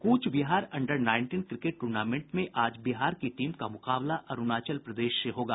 कूच Behar under nineteen cricket tournament में आज बिहार की टीम का मुकाबला अरूणाचल प्रदेश से होगा